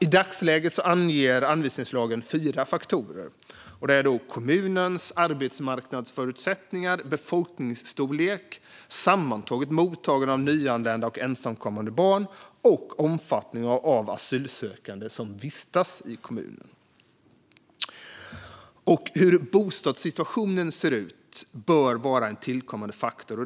I dagsläget anger anvisningslagen fyra faktorer: kommunens arbetsmarknadsförutsättningar, befolkningsstorlek och sammantagna mottagande av nyanlända och ensamkommande barn samt omfattningen av asylsökande som vistas i kommunen. Hur bostadssituationen ser ut bör vara en tillkommande faktor.